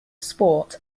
sport